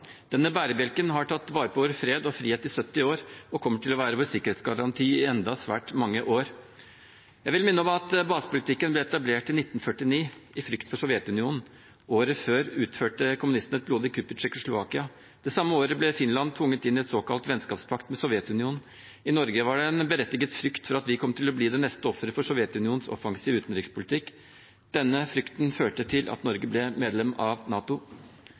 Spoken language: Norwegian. Denne bærebjelken har tatt vare på vår fred og frihet i 70 år og kommer til å være vår sikkerhetsgaranti i enda svært mange år. Jeg vil minne om at basepolitikken ble etablert i 1949 av frykt for Sovjetunionen. Året før utførte kommunistene et blodig kupp i Tsjekkoslovakia. Det samme året ble Finland tvunget inn i en såkalt vennskapspakt med Sovjetunionen. I Norge var det en berettiget frykt for at vi kom til å bli det neste offeret for Sovjetunionens offensive utenrikspolitikk. Denne frykten førte til at Norge ble medlem av NATO.